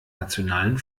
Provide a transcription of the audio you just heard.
nationalen